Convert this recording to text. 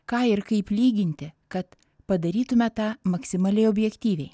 ką ir kaip lyginti kad padarytume tą maksimaliai objektyviai